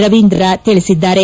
ರವೀಂದ್ರ ತಿಳಿಸಿದ್ದಾರೆ